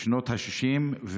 שנות השישים,